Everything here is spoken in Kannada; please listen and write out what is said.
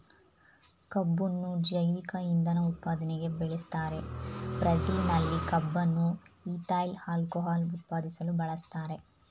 ಕಬ್ಬುನ್ನು ಜೈವಿಕ ಇಂಧನ ಉತ್ಪಾದನೆಗೆ ಬೆಳೆಸ್ತಾರೆ ಬ್ರೆಜಿಲ್ನಲ್ಲಿ ಕಬ್ಬನ್ನು ಈಥೈಲ್ ಆಲ್ಕೋಹಾಲ್ ಉತ್ಪಾದಿಸಲು ಬಳಸ್ತಾರೆ